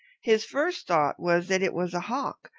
his first thought was that it was a hawk,